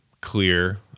clear